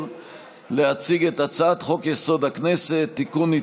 להציג את הצעת חוק-יסוד: הכנסת (תיקון,